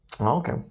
Okay